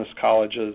colleges